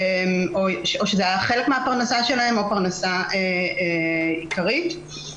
או שזה חלק מהפרנסה שלהן או שזאת הפרנסה העיקרית שלהן.